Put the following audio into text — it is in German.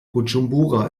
bujumbura